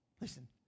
Listen